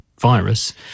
virus